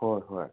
ꯍꯣꯏ ꯍꯣꯏ